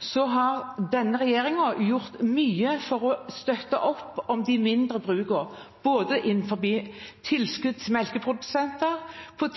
har denne regjeringen gjort mye for å støtte opp om de mindre brukene, både med tilskudd til melkeprodusenter,